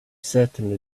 certainly